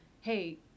Hey